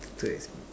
too ex